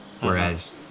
Whereas